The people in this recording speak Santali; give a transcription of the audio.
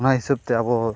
ᱚᱱᱟ ᱦᱤᱥᱟᱹᱵᱛᱮ ᱟᱵᱚ